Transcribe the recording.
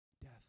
death